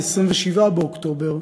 27 באוקטובר,